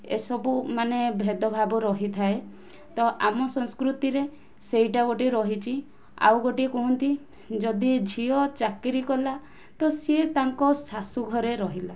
ଏସବୁ ମାନେ ଭେଦ ଭାବ ରହିଥାଏ ତ ଆମ ସଂସ୍କୃତିରେ ସେଇଟା ଗୋଟିଏ ରହିଛି ଆଉ ଗୋଟିଏ କୁହନ୍ତି ଯଦି ଝିଅ ଚାକିରୀ କଲା ତ ସିଏ ତାଙ୍କ ଶାଶୁଘରେ ରହିଲା